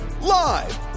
live